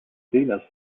venus